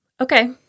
Okay